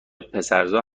پسرزا